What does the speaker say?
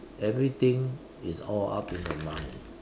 everything is all up to mind